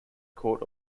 court